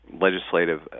legislative